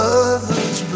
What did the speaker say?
others